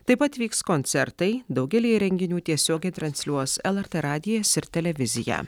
taip pat vyks koncertai daugelį renginių tiesiogiai transliuos lrt radijas ir televizija